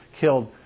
killed